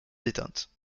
détente